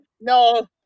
no